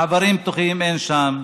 מעברים פתוחים אין שם.